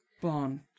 Bond